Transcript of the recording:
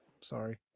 Sorry